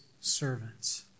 servants